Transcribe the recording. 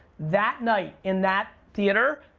that night in that theater,